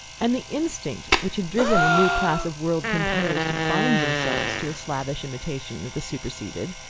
and the instinct which had driven a new class of world-compellers to bind themselves to slavish imitation of the superseded,